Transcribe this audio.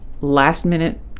last-minute